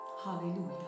Hallelujah